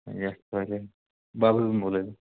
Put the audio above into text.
जास्त झाले बाबलमुन बोलायलो